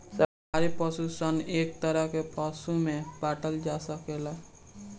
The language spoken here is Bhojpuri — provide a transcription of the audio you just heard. शाकाहारी पशु सन के एक तरह के पशु में बाँटल जा सकेला